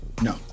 No